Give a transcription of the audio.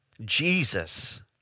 Jesus